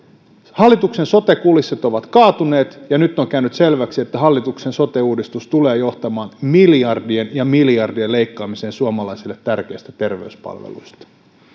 hallituksen sote kulissit ovat kaatuneet ja nyt on käynyt selväksi että hallituksen sote uudistus tulee johtamaan miljardien ja miljardien leikkaamiseen suomalaisille tärkeistä terveyspalveluista